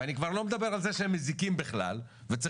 ואני כבר לא מדבר על זה שהם מזיקים בכלל וצריך